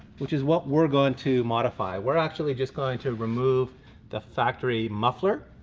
which is what we're going to modify. we're actually just going to remove the factory muffler,